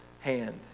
hand